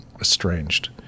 estranged